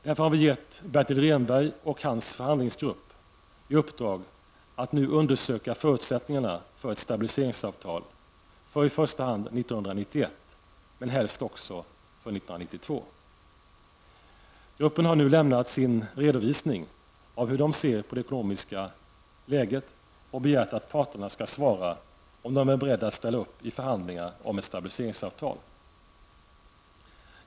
Därför har vi gett Bertil Rehnberg och hans förhandlingsgrupp i uppdrag att nu undersöka förutsättningarna för ett stabiliseringsavtal för i första hand 1991, men helst också för 1992. Gruppen har nu lämnat sin redovisning av hur den ser på den ekonomiska situationen och begärt att parterna skall svara om de är beredda att ställa upp i förhandlingar om ett stabiliseringsavtal.